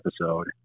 episode